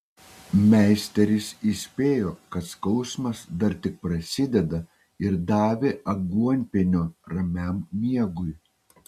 meisteris įspėjo kad skausmas dar tik prasideda ir davė aguonpienio ramiam miegui